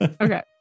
Okay